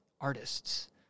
artists